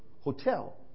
hotel